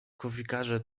kofikadzie